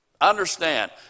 Understand